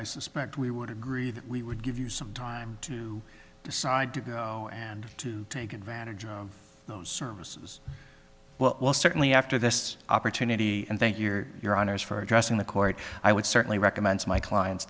i suspect we would agree that we would give you some time to decide to go and to take advantage of those services well certainly after this opportunity and thank your your honour's for addressing the court i would certainly recommend my clients